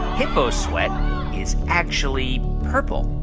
hippo sweat is actually purple?